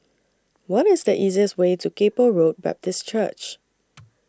What IS The easiest Way to Kay Poh Road Baptist Church